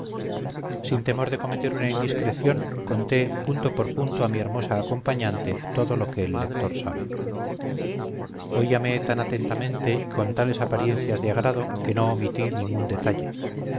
sin temor de cometer una indiscreción conté punto por punto a mi hermosa acompañante todo lo que el lector sabe oíame tan atentamente y con tales apariencias de agrado que no omití ningún detalle